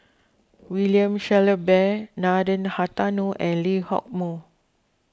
William Shellabear Nathan Hartono and Lee Hock Moh